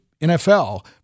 NFL